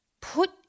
put